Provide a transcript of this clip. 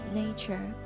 nature